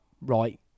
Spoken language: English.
right